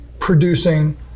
producing